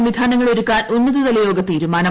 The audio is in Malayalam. സംവിധാനങ്ങൾ ഒരുക്കാൻ ഉന്നതതലയോഗ തീരുമാനം